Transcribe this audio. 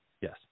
Yes